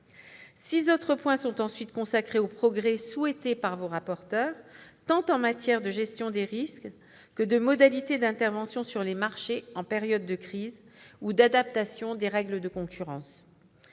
Six autres points sont ensuite consacrés aux progrès souhaités par vos rapporteurs tant en matière de gestion des risques que de modalités d'intervention sur les marchés en période de crise ou d'adaptation des règles de concurrence.